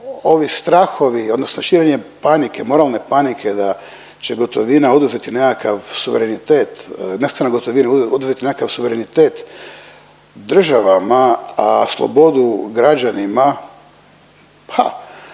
ovi strahovi odnosno širenje panike, moralne panike da će gotovina oduzeti nekakav suverenitet, ne samo gotovina oduzeti nekakav suverenitet državama, a slobodu građanima, pa